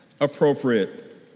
appropriate